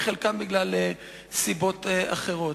וחלקם בגלל סיבות אחרות.